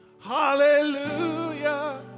Hallelujah